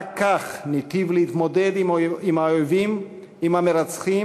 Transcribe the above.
רק כך ניטיב להתמודד עם האויבים, עם המרצחים